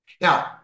Now